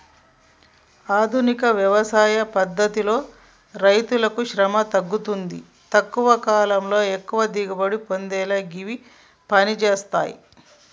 ఆధునిక వ్యవసాయ పద్దతితో రైతుశ్రమ తగ్గుతుంది తక్కువ కాలంలో ఎక్కువ దిగుబడి పొందేలా గివి పంజేత్తయ్